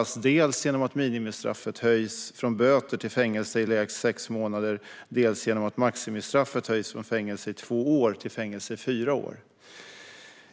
Det ska göras dels genom att minimistraffet höjs från böter till fängelse i lägst sex månader, dels genom att maximistraffet höjs från fängelse i två år till fängelse i fyra år.